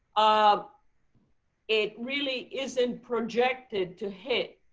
um it really isn't projected to hit